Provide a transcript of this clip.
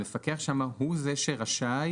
הוא זה שרשאי